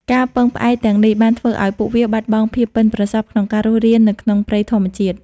ការពឹងផ្អែកទាំងនេះ បានធ្វើឱ្យពួកវាបាត់បង់ភាពប៉ិនប្រសប់ក្នុងការរស់រាននៅក្នុងព្រៃធម្មជាតិ។